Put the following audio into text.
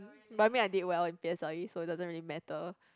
but I mean I did well in p_s_l_e so it doesn't really matter